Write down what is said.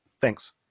Thanks